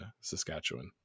Saskatchewan